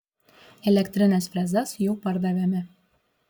elektrines frezas jau pardavėme